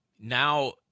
Now